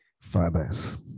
fathers